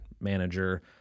manager